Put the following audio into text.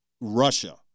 Russia